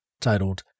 titled